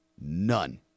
none